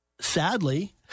sadly